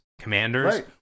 commanders